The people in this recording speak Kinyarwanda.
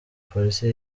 polisi